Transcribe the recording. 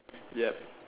yup